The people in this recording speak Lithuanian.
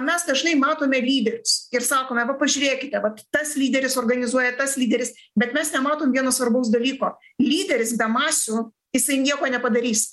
mes dažnai matome lyderius ir sakome va pažiūrėkite vat tas lyderis organizuoja tas lyderis bet mes nematom vieno svarbaus dalyko lyderis be masių jisai nieko nepadarys